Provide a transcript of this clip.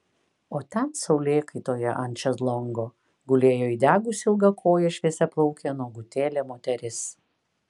o ten saulėkaitoje ant šezlongo gulėjo įdegusi ilgakojė šviesiaplaukė nuogutėlė moteris